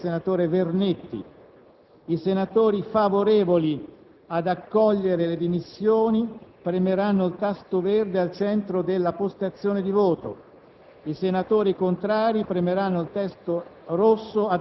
mediante procedimento elettronico, sulle dimissioni presentate dal senatore Vernetti. I senatori favorevoli ad accogliere le dimissioni premeranno il tasto verde al centro della postazione di voto;